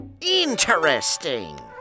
Interesting